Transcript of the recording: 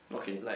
okay